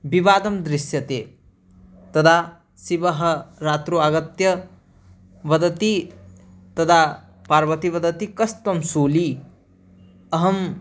विवादः दृश्यते तदा शिवः रात्रौ आगत्य वदति तदा पार्वती वदति कस्त्वं शूली अहं